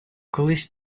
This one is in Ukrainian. колись